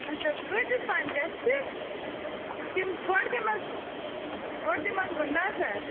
اچھا کۭتِس تانۍ گَژھِ کِنہٕ گۄڈٕ دِمَس بہٕ گۄڈٕ دِمَس بہٕ نَظَر